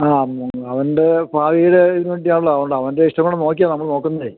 ആ അവന്റെ ഭാവിയുടെ രെ ഇതിനുവേണ്ടിയാണല്ലോ അതുകൊണ്ട് അവന്റെ ഇഷ്ട്ടം കൂടെ നോക്കിയാണ് നമ്മള് നോക്കുന്നത്